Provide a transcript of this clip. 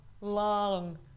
long